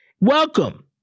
Welcome